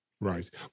Right